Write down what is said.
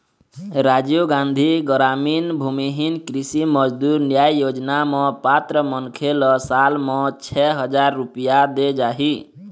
राजीव गांधी गरामीन भूमिहीन कृषि मजदूर न्याय योजना म पात्र मनखे ल साल म छै हजार रूपिया देय जाही